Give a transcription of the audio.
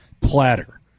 platter